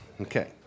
Okay